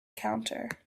counter